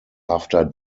after